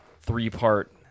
three-part